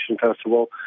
festival